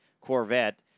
Corvette